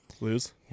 lose